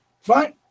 Fine